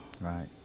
Right